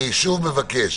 אני שוב מבקש